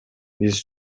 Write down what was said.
биз